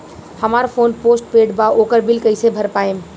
हमार phone postpaid बा ओकर बिल कईसे भर पाएम?